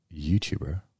YouTuber